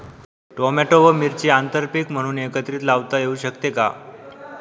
Tomato व मिरची आंतरपीक म्हणून एकत्रित लावता येऊ शकते का?